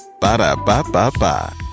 Ba-da-ba-ba-ba